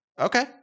Okay